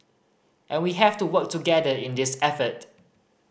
and we have to work together in this effort